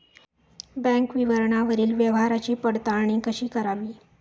Bank विवरणावरील व्यवहाराची पडताळणी कशी करावी?